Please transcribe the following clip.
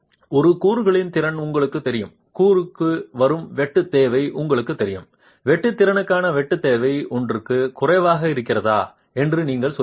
ஒரு கூறுகளின் திறன் உங்களுக்குத் தெரியும் கூறுக்கு வரும் வெட்டு தேவை உங்களுக்குத் தெரியும் வெட்டு திறனுக்கான வெட்டு தேவை ஒன்றுக்கு குறைவாக இருக்கிறதா என்று நீங்கள் சோதிப்பீர்கள்